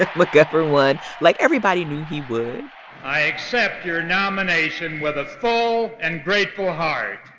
but mcgovern won, like everybody knew he would i accept your nomination with a full and grateful heart